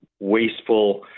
wasteful